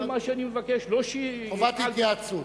כל מה שאני מבקש, לא, חובת התייעצות.